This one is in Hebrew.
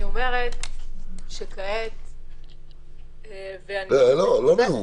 אני אומרת שכעת --- בלי נאום.